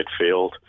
midfield